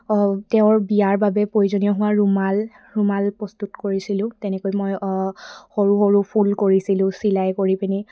তেওঁৰ বিয়াৰ বাবে প্ৰয়োজনীয় হোৱা ৰুমাল ৰুমাল প্ৰস্তুত কৰিছিলোঁ তেনেকৈ মই সৰু সৰু ফুল কৰিছিলোঁ চিলাই কৰি পিনি